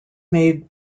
made